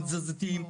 הם תזזיתיים.